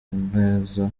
neza